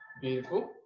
Beautiful